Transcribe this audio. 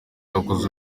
yakoze